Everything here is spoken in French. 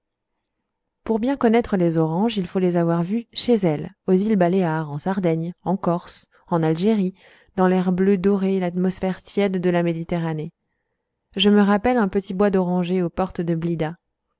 pour bien connaître les oranges il faut les avoir vues chez elles aux îles baléares en sardaigne en corse en algérie dans l'air bleu doré l'atmosphère tiède de la méditerranée je me rappelle un petit bois d'orangers aux portes de blidah